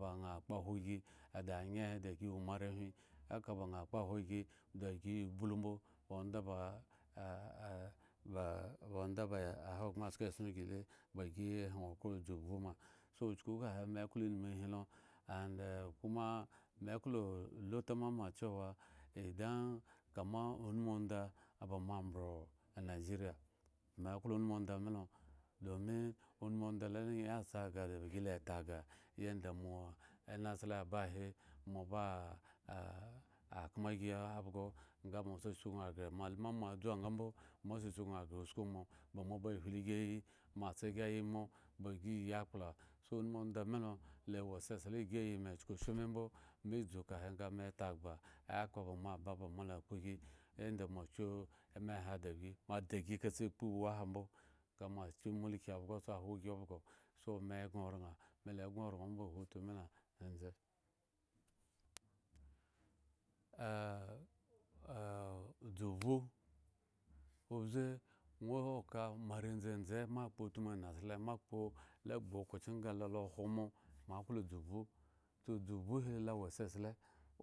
Ba ŋha kpoahwo gi ada nye gi ewo mo arehwin aka ba ŋha kpo ahwo gi da gi eya blu mbo ba onda ba ba ahogbren asko eson gi le ba gi hyen okhro dzubhu ma, so chuku kahe me klo inumu helo and komo meklo luta mama chewa inda kama unumu onda ba ma mbwro anajeriya me klo unumu onda milo domi unumu onda la yanda moanasla aba ahe moba kmo gi aghgo nga mo sa suknu aghre moaluma mo adzu nga mbo mo sa suknu aghre usku mo, ba mo ba hyle gi ayi mo atsa gi ayimo bagi yi akpla so unumu onda milo la wo sesla igi ayi me chukushimi mbo me dzuka he nga me taghba ekaba mo aba ba moa kpo gi ende mo kyu emehe dagi mo adigi kase kpo iwu ahan mbo mo akyu mulki abhgo si khwogi obhgo so me egŋo oraŋ mela egŋo oraŋ omba ahutu milo ndzendze dzubhu obze ŋwo ka moare ndzendze moakpo utmu nasle moakpo la gbu okhro ohken nga le lo okhwo mo, mo aklo dzubhu tah dzubhu helo wo sesle